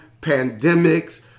pandemics